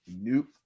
nope